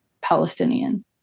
Palestinian